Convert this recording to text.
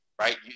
right